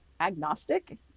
agnostic